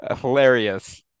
hilarious